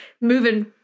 moving